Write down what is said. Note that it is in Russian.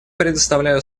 предоставляю